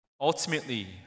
ultimately